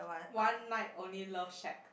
one night only love shack